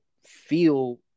feel